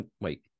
wait